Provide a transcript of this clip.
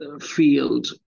field